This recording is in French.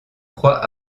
crois